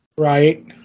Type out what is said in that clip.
Right